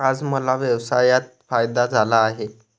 आज मला व्यवसायात फायदा झाला आहे